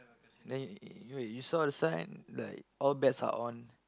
then you you wait you saw the sign like all bets are on